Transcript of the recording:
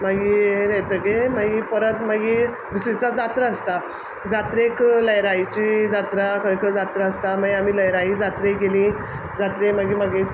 मागीर येतगीर मागी परत मागी दुसरे दिसा जात्रा आसता जात्रेक लैराईची जात्रा खंय खंय जात्रा आसता माई आमी लैराई जात्रेक गेलीं जात्रे मागी मागे